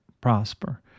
prosper